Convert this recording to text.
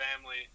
family